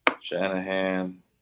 Shanahan